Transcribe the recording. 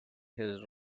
his